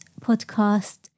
podcast